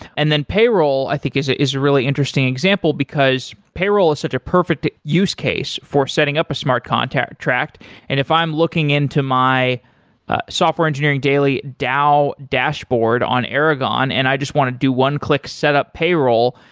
and then payroll, i think is ah is really interesting example, because payroll is such a perfect use case for setting up a smart contract. and if i'm looking into my software engineering daily dao dashboard on aragon and i just want to do one click setup payroll,